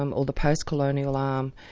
um or the post colonial arm.